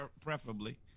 preferably